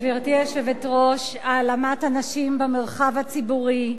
גברתי היושבת-ראש, העלמת הנשים במרחב הציבורי,